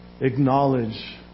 acknowledge